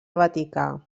vaticà